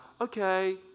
okay